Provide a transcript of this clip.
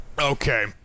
Okay